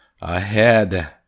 ahead